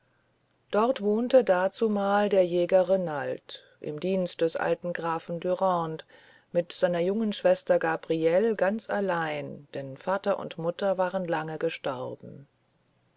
dort wohnte dazumal der jäger renald im dienst des alten grafen dürande mit seiner jungen schwester gabriele ganz allein denn vater und mutter waren lange gestorben